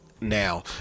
now